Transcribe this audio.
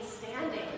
standing